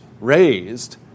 raised